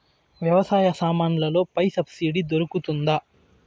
వ్యవసాయ సామాన్లలో పై సబ్సిడి దొరుకుతుందా?